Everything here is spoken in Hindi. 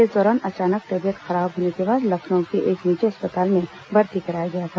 इस दौरान अचानक तबीयत खराब होने के बाद लखनऊ के एक निजी अस्पताल में भर्ती कराया गया था